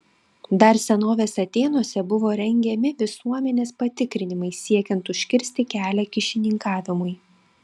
dar senovės atėnuose buvo rengiami visuomenės patikrinimai siekiant užkirsti kelią kyšininkavimui